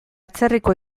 atzerriko